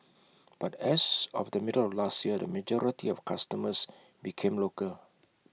but as of the middle of last year the majority of customers became local